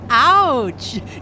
Ouch